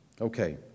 Okay